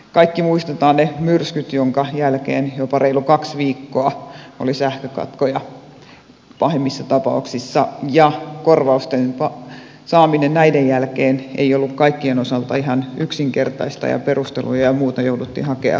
kaikki muistamme ne myrskyt joiden jälkeen jopa reilut kaksi viikkoa oli sähkökatkoja pahimmissa tapauksissa ja korvausten saaminen näiden jälkeen ei ollut kaikkien osalta ihan yksinkertaista ja perusteluja ja muita jouduttiin hakemaan varsin kaukaa